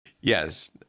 Yes